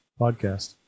Podcast